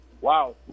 Wow